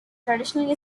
traditionally